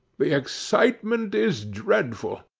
the excitement is dreadful.